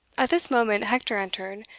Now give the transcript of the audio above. at this moment hector entered,